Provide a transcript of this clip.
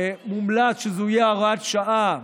מומלץ שזו תהיה הוראת שעה,